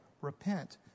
Repent